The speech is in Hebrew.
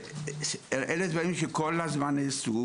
אלה דברים שכל הזמן נעשו,